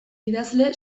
idazle